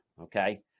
Okay